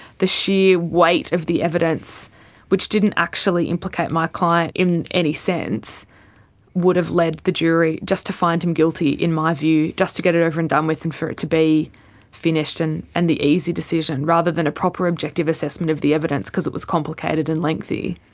the sheer weight of the evidence which didn't actually implicate my client in any sense would have led the jury just to find him guilty, in my view, just to get it over and done with and for it to be finished and and the easy decision, rather than a proper objective assessment of the evidence, because it was complicated and lengthy.